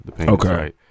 okay